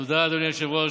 תודה, אדוני היושב-ראש.